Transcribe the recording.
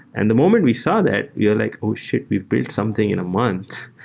and the moment we saw that, we were like, oh shit! we've built something in a month,